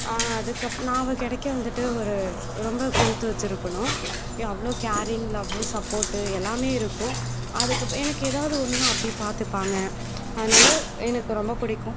அதுக்கப் நான் அவள் கிடைக்க வந்துட்டு ஒரு ரொம்ப கொடுத்து வச்சிருக்கணும் அவ்வளோ கேரிங் லவ் சப்போர்ட்டு எல்லாமே இருக்கும் அதுக்கு எனக்கு ஏதாவது ஒன்றுன்னா அப்படி பார்த்துப்பாங்க அதனால எனக்கு ரொம்ப பிடிக்கும்